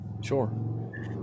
sure